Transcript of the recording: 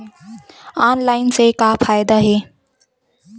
Online से का फ़ायदा हे?